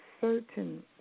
certain